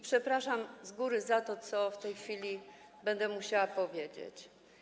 Przepraszam z góry za to, co w tej chwili będę musiała powiedzieć.